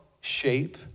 shape